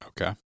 Okay